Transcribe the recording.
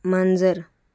मांजर